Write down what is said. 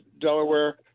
Delaware